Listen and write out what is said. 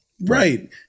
Right